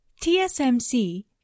TSMC